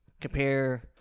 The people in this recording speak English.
compare